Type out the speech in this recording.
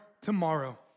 tomorrow